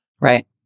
Right